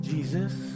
Jesus